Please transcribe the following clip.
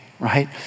Right